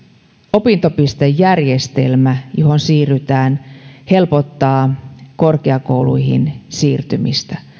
opintopistejärjestelmä johon siirrytään helpottaa korkeakouluihin siirtymistä